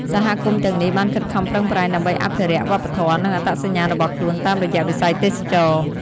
សហគមន៍ទាំងនេះបានខិតខំប្រឹងប្រែងដើម្បីអភិរក្ស វប្បធម៌ និងអត្តសញ្ញាណរបស់ខ្លួនតាមរយៈវិស័យទេសចរណ៍។